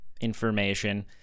information